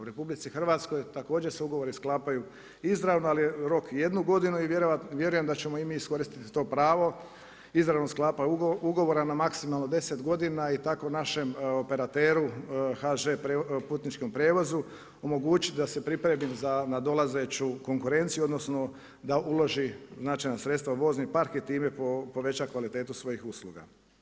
U RH također se ugovori sklapaju izravno, ali je rok jednu godinu, i vjerujem da ćemo i mi iskoristiti to pravo izravno sklapanje ugovora na maksimalno 10 godina i tako našem operateru HŽ putničkom prijevozu omogućiti da se pripremi za nadolazeću konkurenciju, odnosno da uloži značajna sredstva u vozni par i time poveća kvalitetu svojih usluga.